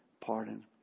pardon